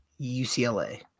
UCLA